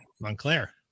Montclair